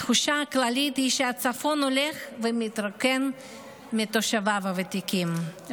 התחושה הכללית היא שהצפון הולך ומתרוקן מתושביו הוותיקים,